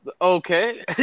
Okay